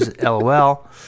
LOL